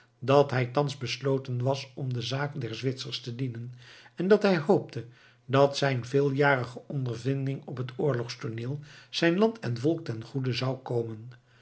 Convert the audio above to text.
dat hij thans besloten was om de zaak der zwitsers te dienen en dat hij hoopte dat zijne veeljarige ondervinding op het oorlogstooneel zijn land en volk ten goede zou komen